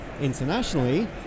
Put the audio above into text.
internationally